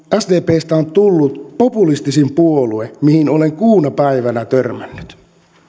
sdpstä on tullut populistisin puolue mihin olen kuuna päivänä törmännyt